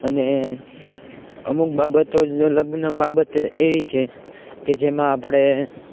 અને અમુક બાબતો લગ્ન બાબત એવી છે કે જેમાં આપણે